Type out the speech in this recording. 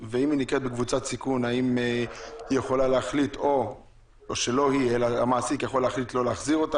האם המעסיק יכול להחליט לא להחזיר אותה?